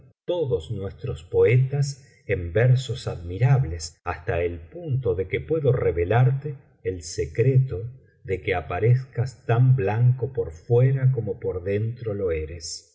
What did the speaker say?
todos nuestros poetas en versos admirables hasta el punto de que puedo revelarte el secreto de que aparezcas tan blanco por fuera como por dentro lo eres